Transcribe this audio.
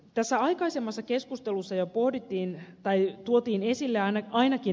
tässä aikaisemmassa keskustelussa jo pohdittiin tai tuotiin esille ainakin ed